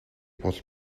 бол